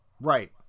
Right